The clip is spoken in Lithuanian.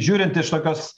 žiūrint iš tokios